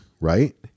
right